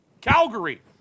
Calgary